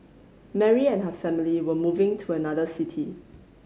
Mary and her family were moving to another city